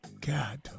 God